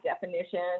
definition